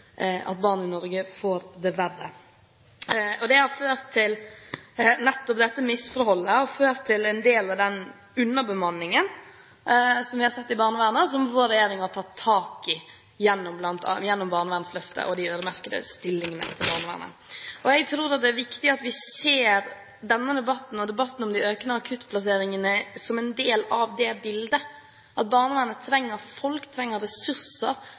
at barn i Norge får det verre. Nettopp dette misforholdet har ført til en del av den underbemanningen vi har sett i barnevernet, og som vår regjering har tatt tak i gjennom barnevernsløftet og de øremerkede midlene til stillinger i barnevernet. Jeg tror at det er viktig at vi ser denne debatten og debatten om det økende antallet akuttplasseringer som en del av det bildet, og at barnevernet trenger folk, ressurser,